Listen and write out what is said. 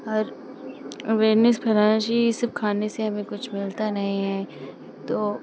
और अवेयरनेस फैलाना चाहिए ये सब खाने से हमे कुछ मिलता नहीं है तो